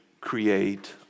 create